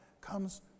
comes